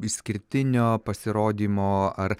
išskirtinio pasirodymo ar